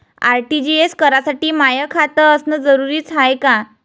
RTGS करासाठी माय खात असनं जरुरीच हाय का?